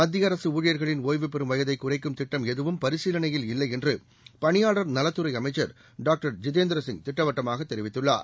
மத்திய அரசு ஊழியர்களின் ஓய்வுபெறும் வயதை குறைக்கும் திட்டம் எதுவும் பரிசீலனையில் இல்லை என்று பணியாளர் நலத்துறை அமைச்சர் டாக்டர் ஜிதேந்திரசிங் திட்டவட்டமாக தெரிவித்துள்ளார்